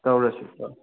ꯇꯧꯔꯁꯤ ꯇꯧꯔ